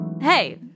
Hey